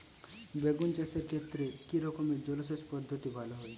বেগুন চাষের ক্ষেত্রে কি রকমের জলসেচ পদ্ধতি ভালো হয়?